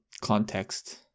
context